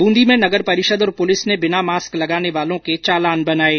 ब्रंदी में नगर परिषद और पुलिस ने बिना मास्क लगाने वालों के चालान बनाये